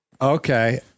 Okay